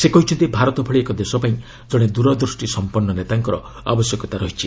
ସେ କହିଛନ୍ତି ଭାରତ ଭଳି ଏକ ଦେଶ ପାଇଁ ଜଣେ ଦୂରଦୃଷ୍ଟି ସମ୍ପନ୍ନ ନେତାଙ୍କର ଆବଶ୍ୟକତା ରହିଛି